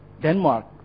Denmark